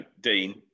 Dean